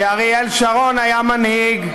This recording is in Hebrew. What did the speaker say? כי אריאל שרון היה מנהיג,